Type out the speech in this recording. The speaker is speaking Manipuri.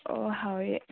ꯑꯣ ꯍꯥꯎꯏ